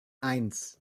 eins